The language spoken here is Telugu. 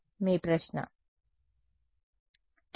విద్యార్థి theta 2 z